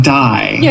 die